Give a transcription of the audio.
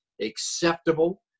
acceptable